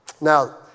Now